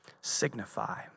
signify